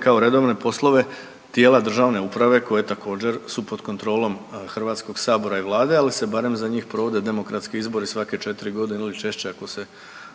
kao redovne poslove tijela državne uprave koje također su pod kontrolom Hrvatskog sabora i Vlade, ali se barem za njih provode demokratski izbori svake četiri godine ili češće ako se